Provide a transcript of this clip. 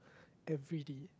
everyday